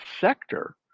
sector